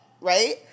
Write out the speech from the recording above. right